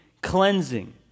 cleansing